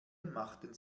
machten